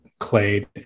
clade